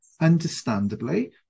understandably